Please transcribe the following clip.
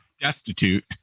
destitute